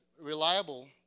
reliable